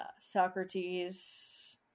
Socrates